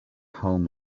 home